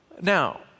Now